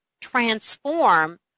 transform